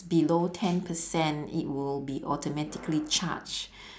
below ten percent it will be automatically charged